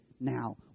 now